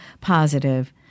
positive